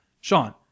Sean